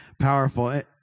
Powerful